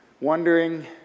wondering